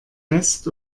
west